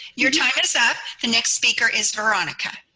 your time is up. the next speaker is veronica.